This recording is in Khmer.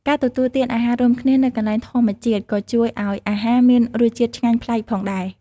ការទទួលទានអាហាររួមគ្នានៅកន្លែងធម្មជាតិក៏ជួយឲ្យអាហារមានរសជាតិឆ្ងាញ់ប្លែកផងដែរ។